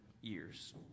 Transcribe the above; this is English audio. years